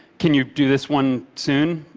can you do this one soon?